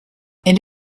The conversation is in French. elle